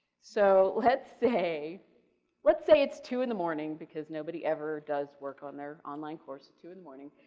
so, let's say let's say it's two in the morning, because nobody ever does work on their online course at two in the morning.